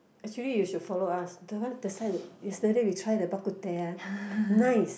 actually you should follow us the what yesterday we try the Bak Kut Teh uh nice